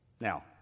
Now